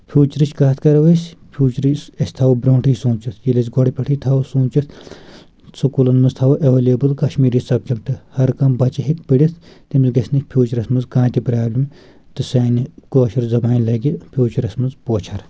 فیوٗچرٕچ کَتھ کرو أسۍ فیوٗچرٕچ ٲسۍ تھاوو برونٛٹھے سونٛچتھ ییٚلہِ ٲسۍ گۄڑٕ پٮ۪ٹھے تھاوو سونٛچتھ سکولن منٛز تھاوو ایٚولیبٕل کشمیری سبجیٚکٹ ہر کانٛہہ بچہٕ ہیٚکہِ پٔرِتھ تٔمِس گژھہِ نہٕ فیوٗچرس منٛز کانٛہہ تہِ پرابلِم تہٕ سانہِ کٲشر زبانہِ لگہِ فیوٗچرس منٛز پوچھر